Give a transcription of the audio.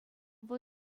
вӑл